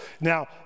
Now